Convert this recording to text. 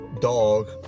dog